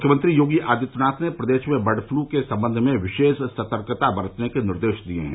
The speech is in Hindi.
मुख्यमंत्री योगी आदित्यनाथ ने प्रदेश में बर्ड पलू के सबंध में विशेष सतर्कता बरतने के निर्देश दिये हैं